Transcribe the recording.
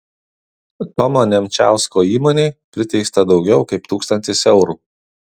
tomo nemčiausko įmonei priteista daugiau kaip tūkstantis eurų